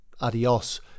adios